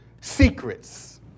secrets